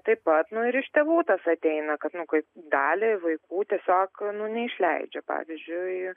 taip pat nu ir iš tėvų tas ateina kad nu kaip daliai vaikų tiesiog nu neišleidžia pavyzdžiui